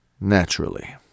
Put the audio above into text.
naturally